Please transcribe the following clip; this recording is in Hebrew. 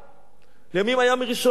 לימים היה מראשוני העיר ימית,